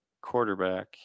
quarterback